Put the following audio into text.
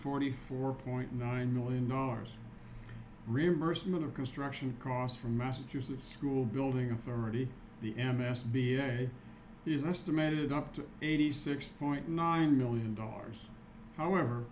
forty four point nine million dollars reversing other construction costs from massachusetts school building authority the m s b a is estimated up to eighty six point nine million dollars however